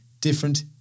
different